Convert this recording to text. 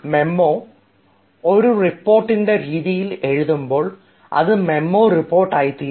memo ഒരു റിപ്പോർട്ടിൻറെ രീതിയിൽ എഴുതുമ്പോൾ അത് മെമ്മോ റിപ്പോർട്ടായിതീരും